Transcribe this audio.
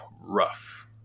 rough